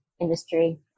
industry